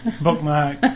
bookmark